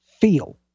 feel